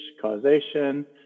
causation